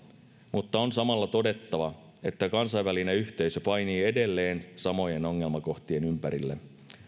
mutta on samalla todettava että kansainvälinen yhteisö painii edelleen samojen ongelmakohtien ympärillä